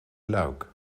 luik